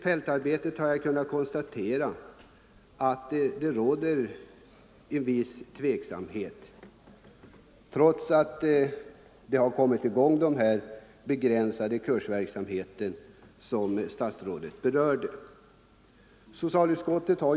Jag har kunnat konstatera att det ute på fältet råder en viss tveksamhet, trots att den begränsade kursverksamhet som statsrådet berörde har kommit i gång.